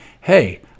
hey